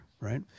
right